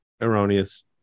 Erroneous